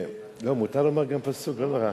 לא, מותר לומר גם פסוק, לא נורא.